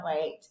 wait